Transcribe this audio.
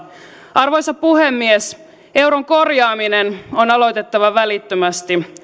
arvoisa puhemies euron korjaaminen on aloitettava välittömästi